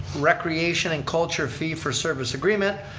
recreation and culture fee for service agreement.